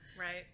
Right